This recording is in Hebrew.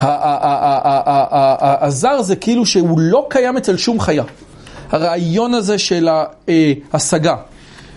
הזר זה כאילו שהוא לא קיים אצל שום חיה, הרעיון הזה של השגה.